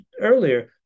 earlier